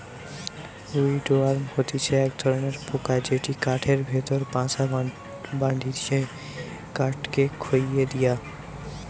would worm হতিছে এক ধরণের পোকা যেটি কাঠের ভেতরে বাসা বাঁধটিছে কাঠকে খইয়ে দিয়া